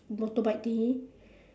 motorbike thingy